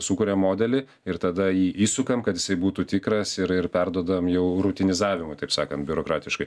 sukuriam modelį ir tada jį įsukam kad jisai būtų tikras ir ir perduodam jau rutinizavimui taip sakant biurokratiškai